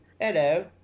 hello